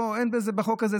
אין בחוק הזה,